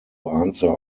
answer